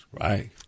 Right